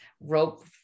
rope